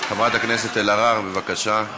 חברת הכנסת אלהרר, בבקשה,